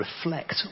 reflect